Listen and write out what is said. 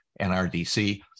NRDC